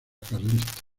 carlista